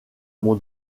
mon